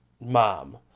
Mom